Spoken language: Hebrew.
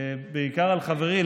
בעיקר על חברי,